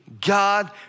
God